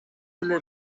эле